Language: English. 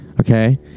okay